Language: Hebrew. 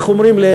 איך אומרים?